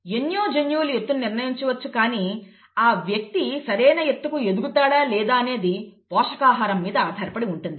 ఎన్నో జన్యువులు ఎత్తును నిర్ణయించవచ్చు కానీ ఆ వ్యక్తి సరైన ఎత్తుకు ఎదుగుతాడా లేదా అనేది పోషకాహారం మీద ఆధారపడి ఉంటుంది